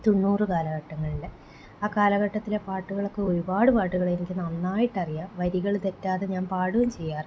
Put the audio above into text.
തൊണ്ണൂറ് കാലഘട്ടങ്ങളിലെ ആ കാലഘട്ടത്തിലെ പാട്ടുകളൊക്കെ ഒരുപാട് പാട്ടുകൾ എനിക്ക് നന്നായിട്ടറിയാം വരികൾ തെറ്റാതെ ഞാൻ പാടുകയും ചെയ്യാറുണ്ട്